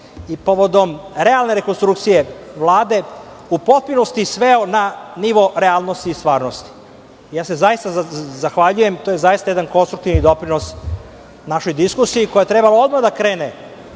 i povodom realne rekonstrukcije Vlade, u potpunosti sveo na nivo realnosti i stvarnosti. Ja se zaista zahvaljujem, to je zaista jedan konstruktivni doprinos našoj diskusiji koja je trebala odmah da krene